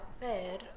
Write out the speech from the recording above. fair